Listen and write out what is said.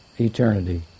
Eternity